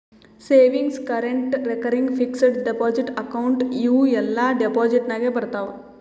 savings, current, recurring, fixed deposit account ಇವೂ ಎಲ್ಲಾ deposit ನಾಗೆ ಬರ್ತಾವ್